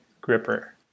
gripper